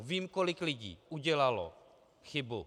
Vím, kolik lidí udělalo chybu.